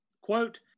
Quote